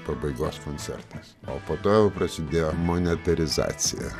pabaigos koncertas o po to jau prasidėjo monetarizacija